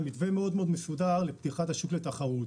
מתווה מאוד מאוד מסודר לפתיחת השוק לתחרות.